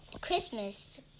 Christmas